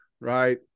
right